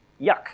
yuck